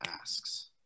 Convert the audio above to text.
asks